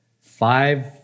five